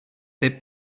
they